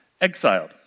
exiled